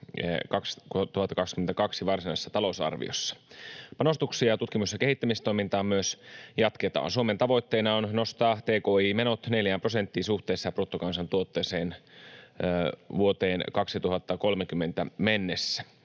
2022 varsinaisessa talousarviossa. Myös panostuksia tutkimus- ja kehittämistoimintaan jatketaan. Suomen tavoitteena on nostaa tki-menot neljään prosenttiin suhteessa bruttokansantuotteeseen vuoteen 2030 mennessä.